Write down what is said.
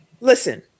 listen